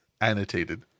Annotated